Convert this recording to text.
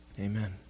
Amen